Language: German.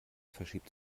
verschiebt